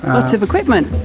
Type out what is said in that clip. lots of equipment.